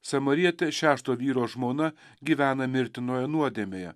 samarietė šešto vyro žmona gyvena mirtinoje nuodėmėje